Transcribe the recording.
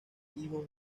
hijos